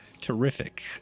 Terrific